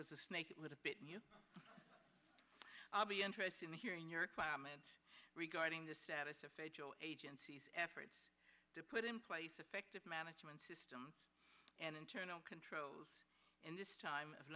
was a snake little bit you i'll be interested in hearing your clients regarding the status of federal agencies efforts to put in place effective management systems and internal controls in this time of